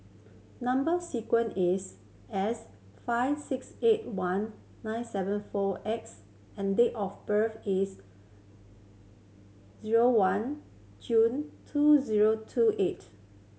number sequence is S five six eight one nine seven four X and date of birth is zero one June two zero two eight